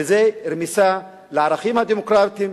וזו רמיסה של הערכים הדמוקרטיים,